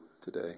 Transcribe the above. today